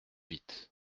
vite